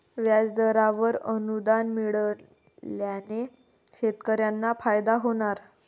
व्याजदरावर अनुदान मिळाल्याने शेतकऱ्यांना फायदा होणार